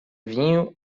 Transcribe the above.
vinho